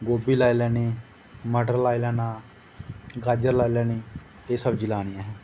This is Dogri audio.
गोभी लाई लैनी मटर लाई लैना गाजर लाई लैनी एह् सब्ज़ी लैनी असें